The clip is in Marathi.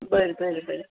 बरं बरं बरं